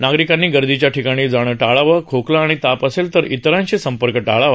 नागरिकांनी गर्दीच्या ठिकाणी जाणं टाळावं खोकला आणि ताप असेल तर इतरांशी संपर्क टाळावा